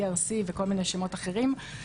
ERC וכל מיני שמות אחרים.